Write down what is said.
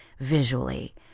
visually